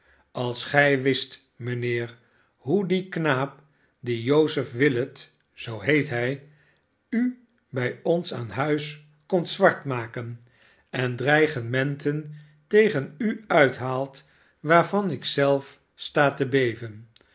als gij wist mijnheer hoe die knaap die joseph willet zoo heet hij u bij ons aan huis komt zwart maken en dreigementen tegen u uitlaat waarvan ik zelf sta te beven